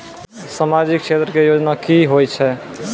समाजिक क्षेत्र के योजना की होय छै?